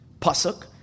pasuk